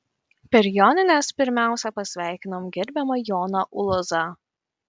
per jonines pirmiausia pasveikinom gerbiamą joną ulozą